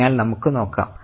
അതിനാൽ നമുക്ക് നോക്കാം